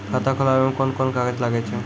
खाता खोलावै मे कोन कोन कागज लागै छै?